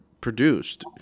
produced